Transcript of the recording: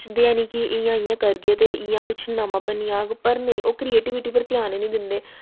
सोचदे निं कि इ'यां इ'यां करगे ते इ'यां कुछ नमां बनी जाह्ग पर नेईं ओह् करियेटिविटी पर ध्यान गै निं दिंदे